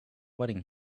wedding